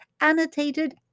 annotated